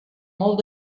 molt